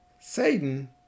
Satan